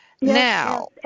Now